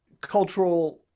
cultural